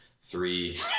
three